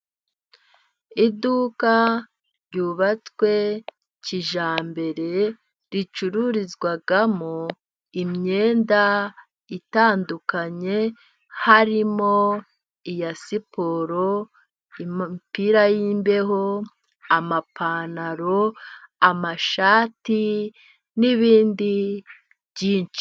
Iduka ryubatswe kijyambere ricururizwamo imyenda itandukanye harimo: iya siporo, imipira yi'imbeho ,amapantaro, amashati n'ibindi byinshi.